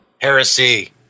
Heresy